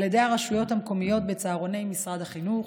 ידי הרשויות המקומיות בצהרוני משרד החינוך.